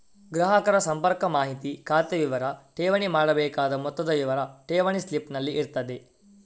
ಗ್ರಾಹಕರ ಸಂಪರ್ಕ ಮಾಹಿತಿ, ಖಾತೆ ವಿವರ, ಠೇವಣಿ ಮಾಡಬೇಕಾದ ಮೊತ್ತದ ವಿವರ ಠೇವಣಿ ಸ್ಲಿಪ್ ನಲ್ಲಿ ಇರ್ತದೆ